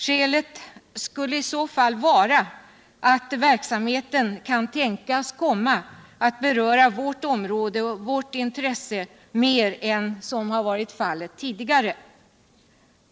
Skälet skulle i så fall vara att verksamheten kan tänkas komma att beröra vårt område och vårt intresse mer än vad som varit fallet tidigare.